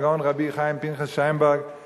הגאון רבי חיים פנחס שיינברג,